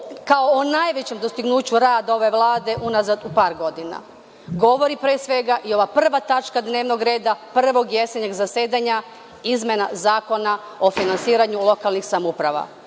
kao o najvećem dostignuću rada ove Vlade unazad par godina, govori pre svega i ova prva tačka dnevnog reda Prvog jesenjeg zasedanja, izmena Zakona o finansiranju lokalnih samouprava.I